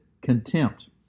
contempt